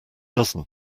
dozen